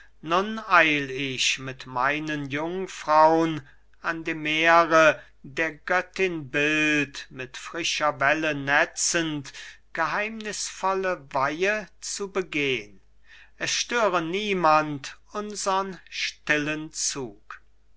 ich mit meinen jungfraun an dem meere der göttin bild mit frischer welle netzend geheimnißvolle weihe zu begehn es störe niemand unsern stillen zug